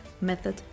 method